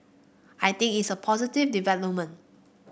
I think it's a positive development